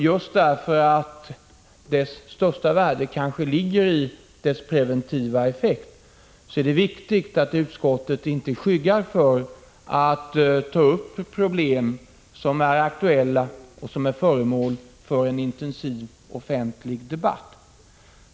Just därför att dess största värde kanske ligger i dess preventiva effekt är det viktigt att utskottet inte skyggar för att ta upp problem som är aktuella och som är föremål för en intensiv offentlig debatt.